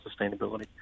sustainability